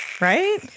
Right